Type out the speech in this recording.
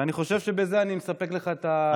ואני חושב שבזה אני מספק לך את התשובה.